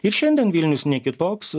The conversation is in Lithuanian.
ir šiandien vilnius ne kitoks